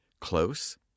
close